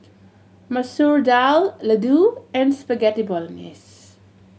Masoor Dal Ladoo and Spaghetti Bolognese